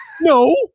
no